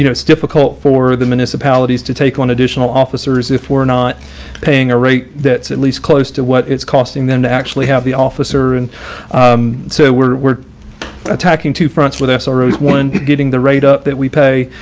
you know it's difficult for the municipalities to take on additional officers if we're not paying a rate that's at least close to what it's costing them to actually have the officer and so we're we're attacking two fronts with ah sro is one getting the rate up that we pay,